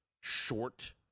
short